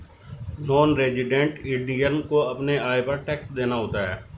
non resident Indian को अपने आय पर टैक्स देना पड़ता है